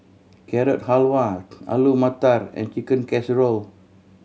Carrot Halwa Alu Matar and Chicken Casserole